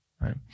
right